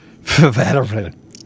veteran